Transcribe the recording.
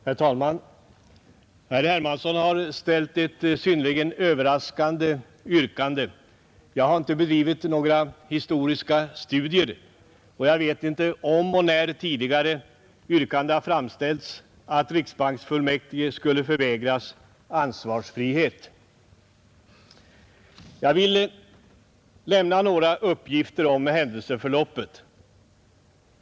Herr talman! Herr Hermansson i Stockholm har ställt ett synnerligen överraskande yrkande. Jag har inte bedrivit några historiska studier och vet inte om och när yrkande tidigare har framställts att riksbanksfullmäktige skulle förvägras ansvarsfrihet. Jag vill lämna några uppgifter om händelseförloppet.